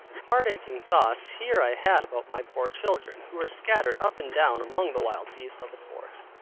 heart-aching thoughts here i had about my poor children, who were scattered up and down among the wild beasts of the forest.